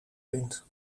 vindt